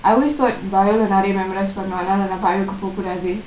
I always thought bio நிறைய:niraya memorise பன்னனும்:pannanum so நா:naa bio போக்குடாது:pokudathu